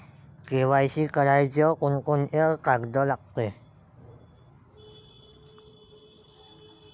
KYC कराच कोनचे कोनचे कागद लागते?